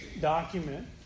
document